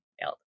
Nailed